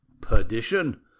perdition